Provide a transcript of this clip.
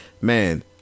man